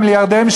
המיליארדרים,